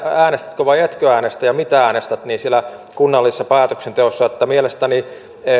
äänestätkö vai etkö äänestä ja mitä äänestät siellä kunnallisessa päätöksenteossa mielestäni